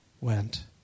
went